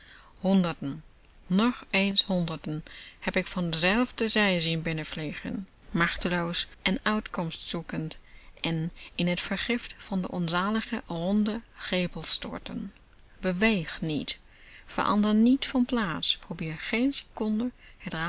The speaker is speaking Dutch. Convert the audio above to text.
nog eens honderden heb ik van dezelfde zij zien binnenvliegen machteloos een uitkomst zoekend en in het vergift van de onzalige ronde greppel storten beweeg niet verander niet van plaats probeer geen seconde